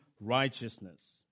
righteousness